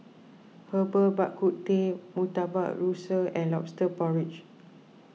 Herbal Bak Ku Teh Murtabak Rusa and Lobster Porridge